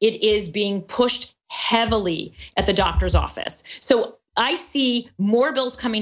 it is being pushed heavily at the doctor's office so i see more bills coming